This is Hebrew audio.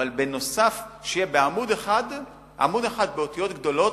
אבל בנוסף שיהיה עמוד אחד באותיות גדולות,